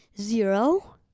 zero